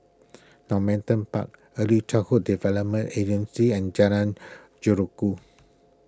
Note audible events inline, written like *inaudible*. Normanton Park Early Childhood Development Agency and Jalan *unintelligible*